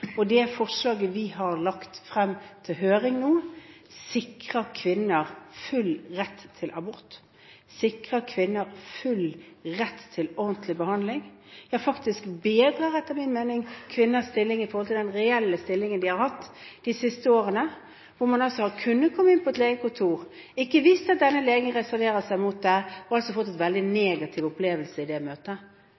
Det forslaget vi har lagt frem til høring nå, sikrer kvinner full rett til abort, sikrer kvinners rett til ordentlig behandling og bedrer, etter min mening, faktisk kvinners stilling i forhold til den reelle stillingen de har hatt de siste årene, da man altså har kunnet komme inn på et legekontor uten å vite at legen der reserverer seg mot det, og altså fått en veldig